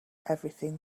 everything